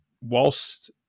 whilst